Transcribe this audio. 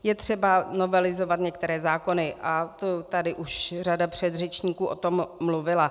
Je třeba novelizovat některé zákony, to tady už řada předřečníků o tom mluvila.